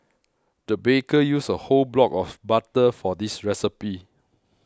the baker used a whole block of butter for this recipe